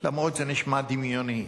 אף שזה נשמע דמיוני,